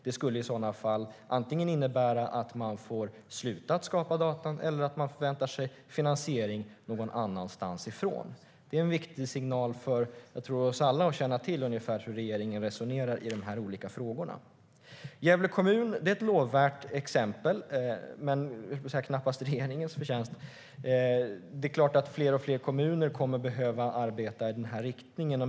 Det skulle i så fall antingen innebära att man får sluta att skapa data eller att man förväntar sig finansiering någon annanstans ifrån. Jag tror att det är en viktig signal för oss alla att känna till ungefär hur regeringen resonerar i dessa olika frågor. Gävle kommun är ett lovvärt exempel, men knappast regeringens förtjänst. Det är klart att fler och fler kommuner kommer att behöva arbeta i denna riktning.